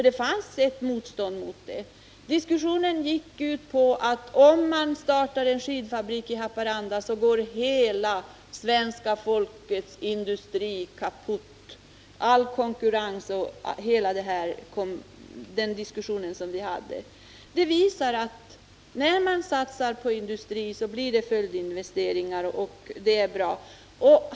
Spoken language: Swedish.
Det fanns nämligen ett motstånd mot dessa satsningar. Diskussionen gick ut på att om det startas en skidfabrik i Haparanda, går hela den svenska industrin kaputt. Men verkligheten visar att när man satsar på en industri, blir det följdinvesteringar — och det är bra.